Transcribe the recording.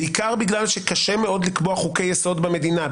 בגלל שקשה לקבוע חוקי יסוד במדינה,